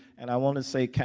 and i want to say